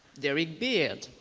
derrick beard,